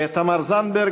תמר זנדברג?